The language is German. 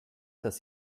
dass